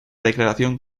declaración